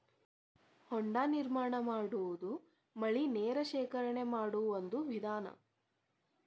ಹೊಂಡಾ ನಿರ್ಮಾಣಾ ಮಾಡುದು ಮಳಿ ನೇರ ಶೇಖರಣೆ ಮಾಡು ಒಂದ ವಿಧಾನಾ